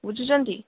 ବୁଝୁଛନ୍ତି